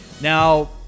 now